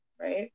right